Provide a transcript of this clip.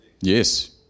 Yes